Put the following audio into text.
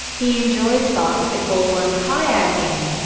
he enjoys basketball and kayaking.